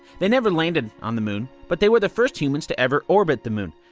they never landed on the moon, but they were the first humans to ever orbit the moon.